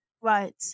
right